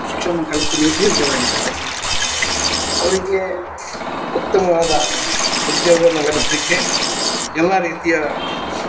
ಶಿಕ್ಷಣವನ್ನು ಕಲಿತು ನಿರುದ್ಯೋಗಿಗಳಾಗಿದ್ದಾರೆ ಅವರಿಗೆ ಉತ್ತಮವಾದ ಉದ್ಯೋಗವನ್ನು ಲಭಿಸಲಿಕ್ಕೆ ಎಲ್ಲ ರೀತಿಯ